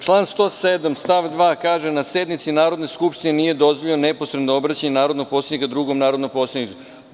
Član 107. stav 2. kaže – na sednici Narodne skupštine nije dozvoljeno neposredno obraćanje narodnog poslanika drugom narodnom poslaniku.